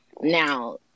Now